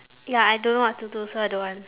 ya I don't know what to do so I don't want